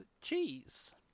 cheese